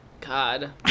God